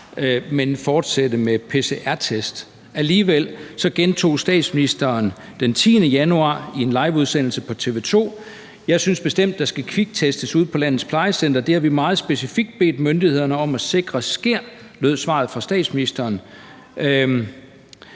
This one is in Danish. men fortsætte med pcr-test. Alligevel gentog statsministeren den 10. januar i en liveudsendelse på TV 2: Jeg synes bestemt, at der skal kviktestes ude på landets plejecentre. Det har vi meget specifikt bedt myndighederne sikre sker. Sådan lød svaret fra statsministeren.